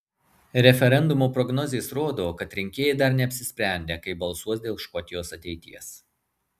referendumo prognozės rodo kad rinkėjai dar neapsisprendę kaip balsuos dėl škotijos ateities